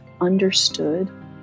understood